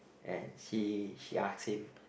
and she she asked him